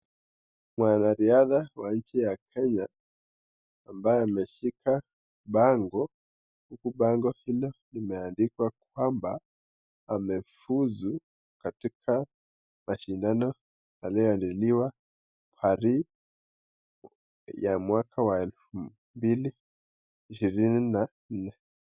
Wanariadha wa nchi ya kenya ambao ameshika bango, bango hili imeandikwa kwamba amevusu katika mashindano iliyoandaliwa parit wa mwaka wa elfu mbili, ishirini na nne.